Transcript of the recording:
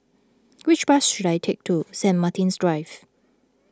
which bus should I take to Saint Martin's Drive